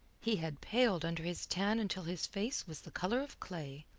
he had paled under his tan until his face was the colour of clay,